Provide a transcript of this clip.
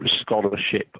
scholarship